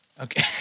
Okay